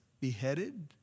beheaded